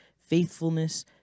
faithfulness